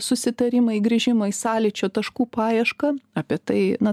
susitarimai grįžimai sąlyčio taškų paiešką apie tai na